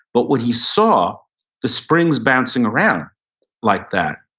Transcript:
but what he saw the springs bouncing around like that,